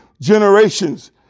generations